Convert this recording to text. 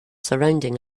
surrounding